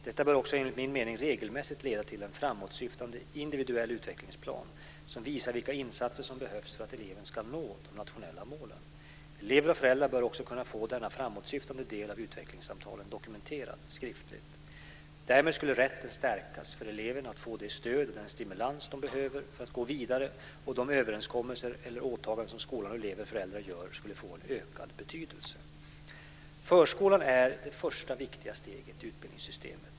Detta bör också enligt min mening regelmässigt leda till en framåtsyftande individuell utvecklingsplan, som visar vilka insatser som behövs för att eleven ska nå de nationella målen. Elever och föräldrar bör också kunna få denna framåtsyftande del av utvecklingssamtalen dokumenterad skriftligt. Därmed skulle rätten stärkas för eleverna att få det stöd och den stimulans de behöver för att gå vidare, och de överenskommelser eller åtaganden som skolan, eleven och föräldrarna gör skulle få ökad betydelse. Förskolan är det första viktiga steget i utbildningssystemet.